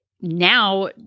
Now